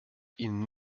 ihn